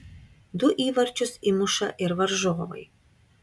du įvarčius įmuša ir varžovai